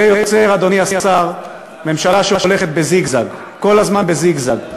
זה יוצר, אדוני השר, ממשלה שהולכת כל הזמן בזיגזג.